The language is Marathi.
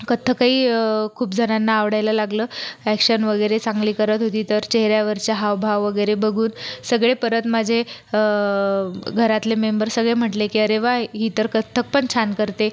कथ्थकही खूप जणांना आवडायला लागलं ॲक्शन वगैरे चांगली करत होती तर चेहऱ्यावरचा हावभाव वगैरे बघून सगळे परत माझे घरातले मेंबर सगळे म्हटले की अरे वा ही तर कथ्थक पण छान करते